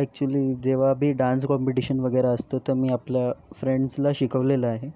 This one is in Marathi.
ॲक्च्युली जेव्हा मी डान्स कॉम्पिटिशनमध्ये वगैरा असतं तर मी आपलं फ्रेंड्सला शिकवलेलं आहे